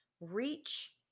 reach